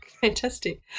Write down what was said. Fantastic